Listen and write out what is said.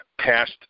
past